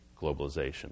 globalization